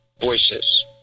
Voices